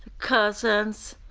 cousins,